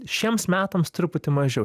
šiems metams truputį mažiau